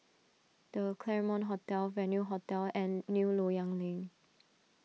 the Claremont Hotel Venue Hotel and New Loyang Link